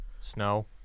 Snow